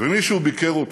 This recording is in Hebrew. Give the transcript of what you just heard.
ומישהו ביקר אותי,